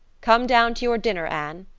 come down to your dinner, anne.